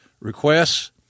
requests